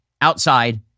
outside